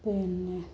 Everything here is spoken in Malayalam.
പിന്നെ